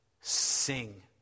sing